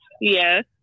Yes